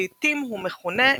לעיתים הוא מכונה כנקרופוליס.